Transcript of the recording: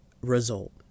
result